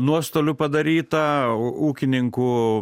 nuostolių padaryta o ūkininkų